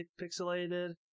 pixelated